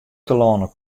telâne